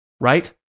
Right